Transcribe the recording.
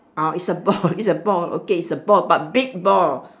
ah it's a ball it's a ball okay it's a ball but big ball